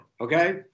okay